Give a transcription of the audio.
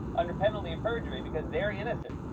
under penalty of perjury because they're innocent.